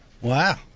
Wow